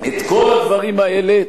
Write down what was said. מה הוא משדר, אתה יודע?